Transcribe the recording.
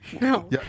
No